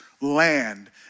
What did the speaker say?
land